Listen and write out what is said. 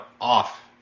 off